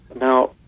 Now